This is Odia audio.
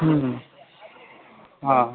ହୁଁ ହଁ